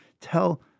Tell